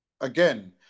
again